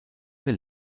del